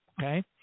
Okay